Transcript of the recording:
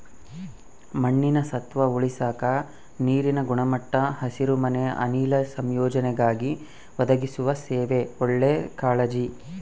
ಮಣ್ಣಿನ ಸತ್ವ ಉಳಸಾಕ ನೀರಿನ ಗುಣಮಟ್ಟ ಹಸಿರುಮನೆ ಅನಿಲ ಸಂಯೋಜನೆಗಾಗಿ ಒದಗಿಸುವ ಸೇವೆ ಒಳ್ಳೆ ಕಾಳಜಿ